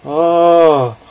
orh